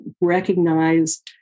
recognize